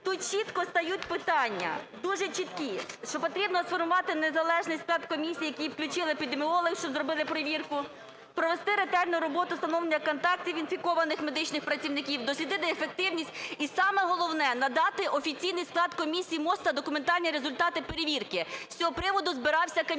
Тут чітко стають питання, дуже чіткі, що потрібно сформувати незалежний склад комісії, в який включили би епідеміологів, щоб зробили перевірку; провести ретельну роботу встановлення контактів інфікованих медичних працівників; дослідити ефективність, і, саме головне, надати офіційний склад комісії МОЗ та документальні результати перевірки. З цього приводу збирався комітет.